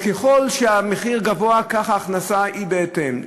וככל שהמחיר גבוה כך ההכנסה היא בהתאם,